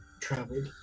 traveled